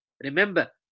Remember